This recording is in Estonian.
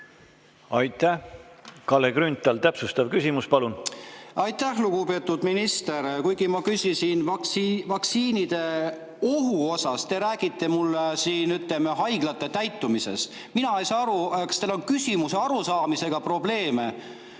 Aitäh! Kalle Grünthal, täpsustav küsimus, palun! Aitäh, lugupeetud minister! Kuigi ma küsisin vaktsiinide ohu kohta, te räägite mulle, ütleme, haiglate täitumisest. Mina ei saa aru, kas teil on küsimusest arusaamisega probleeme.